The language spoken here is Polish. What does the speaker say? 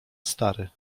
stary